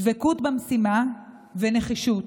דבקות במשימה ונחישות,